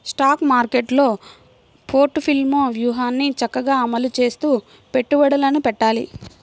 stock మార్కెట్టులో portfolio వ్యూహాన్ని చక్కగా అమలు చేస్తూ పెట్టుబడులను పెట్టాలి